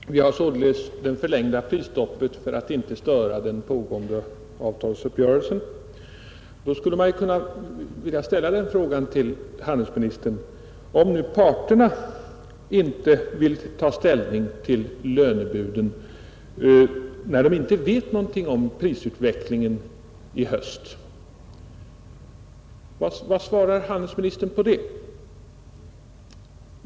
Herr talman! Vi har alltså enligt handelsministern det förlängda prisstoppet för att inte störa de pågående avtalsförhandlingarna. Då vill jag ställa den frågan till handelsministern: Om parterna inte vill ta ställning till lönebuden därför att de inte vet någonting om prisutvecklingen i höst, hur blir det då? Vad svarar handelsministern på det?